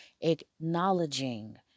acknowledging